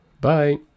Bye